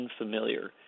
unfamiliar